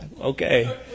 okay